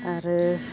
आरो